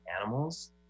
animals